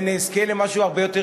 ונזכה למשהו הרבה יותר